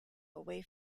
away